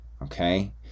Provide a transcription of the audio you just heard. Okay